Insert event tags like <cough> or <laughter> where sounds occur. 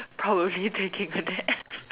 probably taking a nap <laughs>